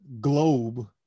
globe